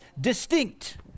distinct